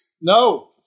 No